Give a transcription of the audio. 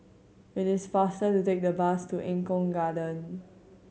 it is faster to take the bus to Eng Kong Garden